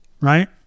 Right